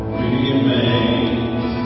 remains